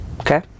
Okay